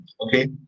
okay